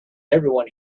everyone